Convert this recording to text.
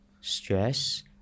stress